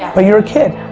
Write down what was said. yeah but you're a kid.